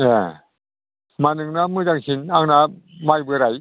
ए होमबा नोंना मोजांसिन आंना माइ बोराइ